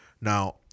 Now